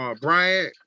Bryant